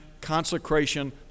consecration